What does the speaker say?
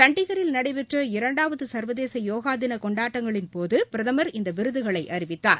சண்டிகரில் நடைபெற்ற இரண்டாவதுசா்வதேசயோகாதினகொண்டாட்டங்களின் போது பிரதமா் இந்தவிருதுகளைஅறிவித்தார்